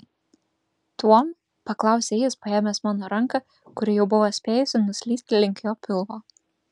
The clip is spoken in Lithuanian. tuom paklausė jis paėmęs mano ranką kuri jau buvo spėjusi nuslysti link jo pilvo